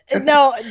No